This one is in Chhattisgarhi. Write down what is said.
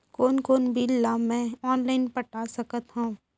कोन कोन बिल ला मैं ऑनलाइन पटा सकत हव?